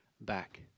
back